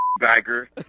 bagger